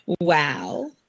Wow